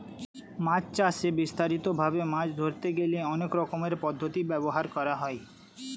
মাছ চাষে বিস্তারিত ভাবে মাছ ধরতে গেলে অনেক রকমের পদ্ধতি ব্যবহার করা হয়